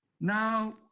Now